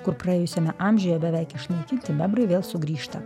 kur praėjusiame amžiuje beveik išnaikinti bebrai vėl sugrįžta